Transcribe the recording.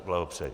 Blahopřeji.